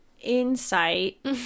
insight